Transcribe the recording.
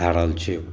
भए रहल छै